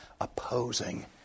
opposing